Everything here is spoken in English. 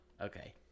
Okay